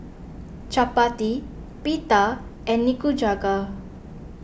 Chapati Pita and Nikujaga